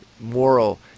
moral